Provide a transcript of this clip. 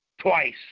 twice